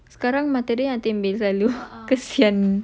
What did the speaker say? sekarang mata dia yang tembel selalu kesian